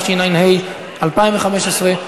התשע"ה 2015,